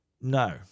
No